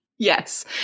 Yes